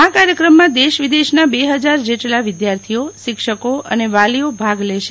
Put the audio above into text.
આ કાર્યક્રમમાં દેશ વિદેશના બે હજાર જેટલા વિદ્યાર્થીઓ શિક્ષકો અને વાલીઓ ભાગ લેશે